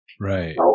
Right